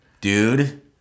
dude